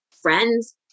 friends